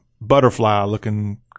butterfly-looking